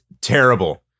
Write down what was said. terrible